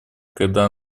когда